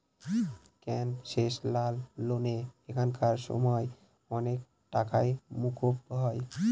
concessional লোনে এখানকার সময় অনেক টাকাই মকুব হয়